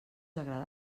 agrada